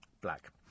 Black